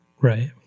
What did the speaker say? Right